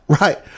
right